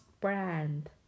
brand